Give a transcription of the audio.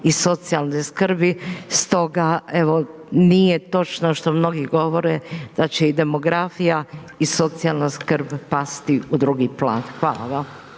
i socijalne skrbi. Stoga evo nije točno što mnogi govore da će i demografija i socijalna skrb pasti u drugi plan. Hvala.